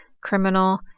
criminal